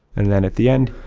and then at the end,